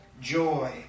joy